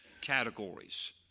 categories